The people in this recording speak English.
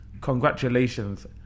Congratulations